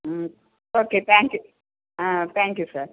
ம் okay thank you ah thank you sir